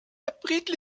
abrite